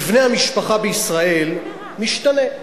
מבנה המשפחה בישראל משתנה.